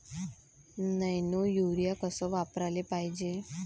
Nano urea कस वापराले पायजे?